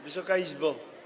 Wysoka Izbo!